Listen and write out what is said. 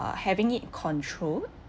uh having it controlled